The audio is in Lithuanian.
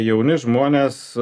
jauni žmonės